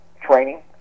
training